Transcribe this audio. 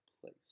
place